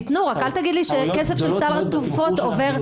תתנו, רק אל תגיד לי שכסף של סל התרופות עובר.